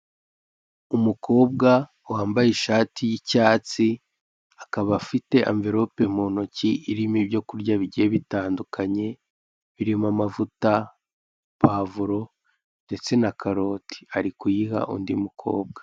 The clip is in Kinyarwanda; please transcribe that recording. Umukobwa wambaye ishati y'icyatsi akaba afite amverope mu ntoki irimo ibyokurya bigiye bitandukanye birimo amavuta, pavulo ndetse na karoti, ari kuyiha undi mukobwa.